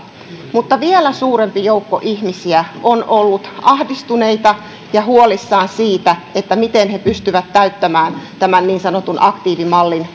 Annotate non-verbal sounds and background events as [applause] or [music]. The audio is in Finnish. mutta vielä suurempi joukko ihmisiä on ollut ahdistuneita ja huolissaan siitä siitä miten he pystyvät täyttämään tämän niin sanotun aktiivimallin [unintelligible]